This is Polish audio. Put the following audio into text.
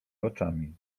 oczami